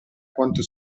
quanto